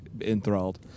enthralled